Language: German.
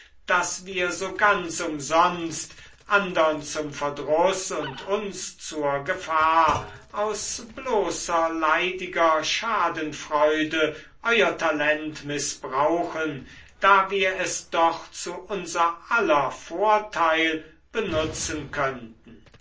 daß wir so ganz umsonst andern zum verdruß und uns zur gefahr aus bloßer leidiger schadenfreude euer talent mißbrauchen da wir es doch zu unser aller vorteil benutzen könnten